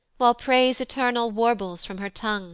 while praise eternal warbles from her tongue